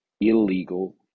illegal